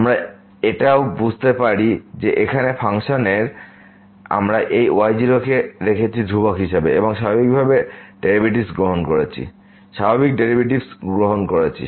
আমরা এটাও বুঝতে পারি যে এখানে ফাংশনে আমরা এই y0 কে রেখেছি ধ্রুবক হিসাবে এবং এই স্বাভাবিক ডেরিভেটিভস গ্রহণ করেছি